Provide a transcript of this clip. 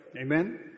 Amen